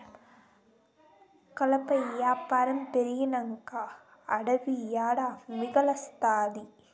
కలప యాపారం పెరిగినంక అడివి ఏడ మిగల్తాది